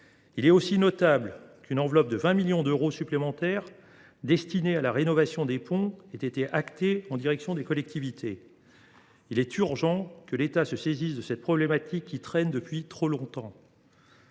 Il est aussi notable qu’une enveloppe de 20 millions d’euros supplémentaires, destinée à la rénovation des ponts, ait été actée au bénéfice des collectivités territoriales. Il est urgent que l’État se saisisse de cette problématique, qui persiste depuis trop longtemps.